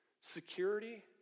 Security